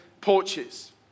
porches